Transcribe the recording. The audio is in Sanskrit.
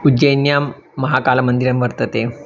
उज्जैन्यां महाकालमन्दिरं वर्तते